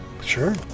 Sure